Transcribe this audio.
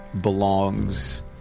belongs